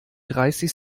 dreißig